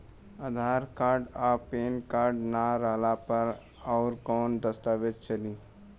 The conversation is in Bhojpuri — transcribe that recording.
आधार कार्ड आ पेन कार्ड ना रहला पर अउरकवन दस्तावेज चली?